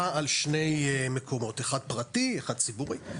על שני מקומות: אחד פרטי ואחד ציבורי.